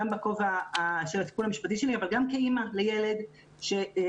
גם בכובע של הטיפול המשפטי שלי אבל גם כאימא לילד ש"זכה"